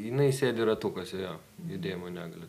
jinai sėdi ratukuose jo judėjimo negalią